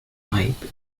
hype